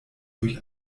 durch